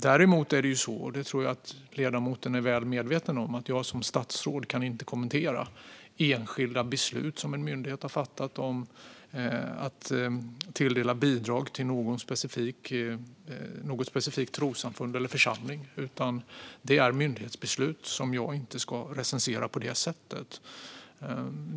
Det är dock så, vilket jag tror att ledamoten är väl medveten om, att jag som statsråd inte kan kommentera enskilda beslut som en myndighet har fattat om att tilldela bidrag till något specifikt trossamfund eller någon specifik församling. Det är myndighetsbeslut som jag inte ska recensera på det sättet.